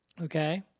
okay